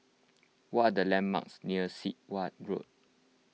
what are the landmarks near Sit Wah Road